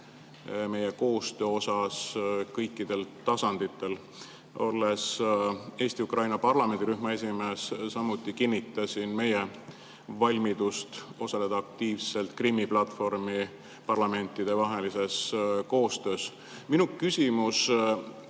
meie koostöö kohta kõikidel tasanditel. Olles Eesti-Ukraina parlamendirühma esimees, kinnitasin samuti meie valmidust osaleda aktiivselt Krimmi platvormi parlamentidevahelises koostöös. Minu küsimus: